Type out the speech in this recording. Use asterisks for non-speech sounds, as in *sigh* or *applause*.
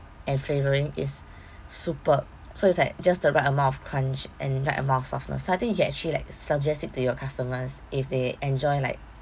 and flavouring is *breath* superb so it's like just the right amount of crunch and right amount of softness so I think you can actually like suggest it to your customers if they enjoy like